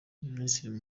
minisitiri